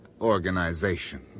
organization